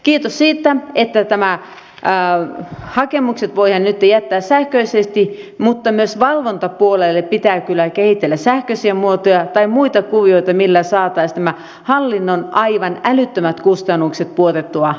kiitos siitä että nämä hakemukset voidaan nytten jättää sähköisesti mutta myös valvontapuolelle pitää kyllä kehitellä sähköisiä muotoja tai muita kuvioita millä saataisiin nämä hallinnon aivan älyttömät kustannukset pudotettua alemmas